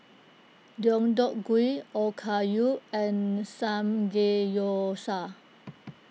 Deodeok Gui Okayu and Samgeyousal